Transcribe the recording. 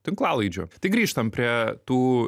tinklalaidžių tai grįžtam prie tų